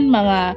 mga